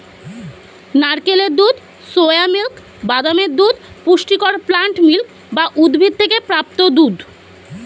নারকেলের দুধ, soya milk, বাদামের দুধ পুষ্টিকর প্লান্ট মিল্ক বা উদ্ভিদ থেকে প্রাপ্ত দুধ